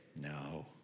no